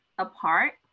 apart